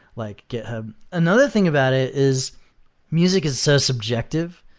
like github. another thing about it is music is so subjective.